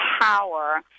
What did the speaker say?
power